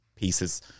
Pieces